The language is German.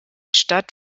stadt